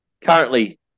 currently